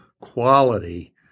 quality